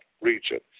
region